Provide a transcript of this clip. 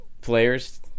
players